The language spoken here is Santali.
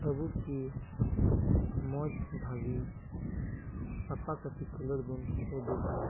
ᱟᱵᱚ ᱠᱤ ᱢᱚᱡᱽ ᱵᱷᱟᱹᱜᱤ ᱥᱟᱯᱟ ᱥᱟᱹᱯᱷᱤ ᱠᱷᱮᱞᱳᱰ ᱵᱚᱱ ᱩᱫᱩᱜᱟ